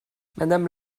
madame